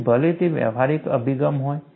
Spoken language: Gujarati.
પછી ભલે તે વ્યવહારિક અભિગમ હોય